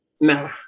Nah